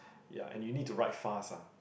ya and you need to write fast ah